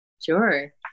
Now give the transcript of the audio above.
Sure